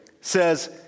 says